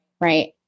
Right